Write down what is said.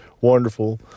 wonderful